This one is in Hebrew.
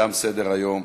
תם סדר-היום.